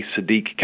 Sadiq